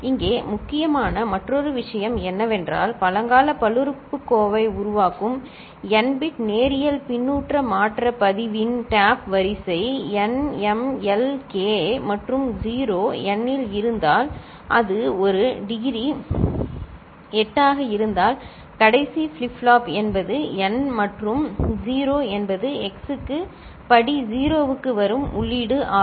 இங்கே முக்கியமான மற்றொரு விஷயம் என்னவென்றால் - பழங்கால பல்லுறுப்புக்கோவை உருவாக்கும் n பிட் நேரியல் பின்னூட்ட மாற்ற பதிவின் டேப் வரிசை n m l k மற்றும் 0 n இல் இருந்தால் அது ஒரு டிகிரி 8 ஆக இருந்தால் கடைசி ஃபிளிப் ஃப்ளாப் என்பது n மற்றும் 0 என்பது x க்கு படி 0 க்கு வரும் உள்ளீடு ஆகும்